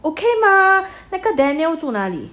okay 吗那个 daniel 住哪里